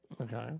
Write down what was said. Okay